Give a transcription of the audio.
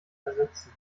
ersetzen